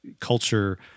culture